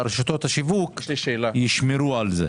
שרשתות השיווק ישמרו על זה.